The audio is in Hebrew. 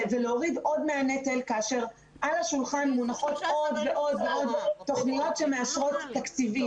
ולהוריד מהנטל כאשר על השולחן מונחות עוד ועוד תוכניות שמאשרות תקציבים.